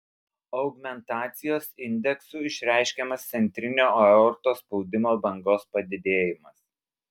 augmentacijos indeksu išreiškiamas centrinio aortos spaudimo bangos padidėjimas